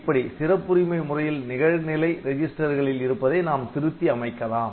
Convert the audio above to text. இப்படி சிறப்புரிமை முறையில் நிகழ்நிலை ரெஜிஸ்டர்களில் இருப்பதை நாம் திருத்தி அமைக்கலாம்